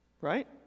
right